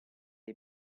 dei